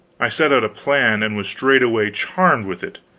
i set about a plan, and was straightway charmed with it.